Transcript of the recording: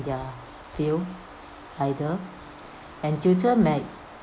their field either and tutor might